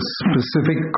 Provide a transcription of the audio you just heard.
specific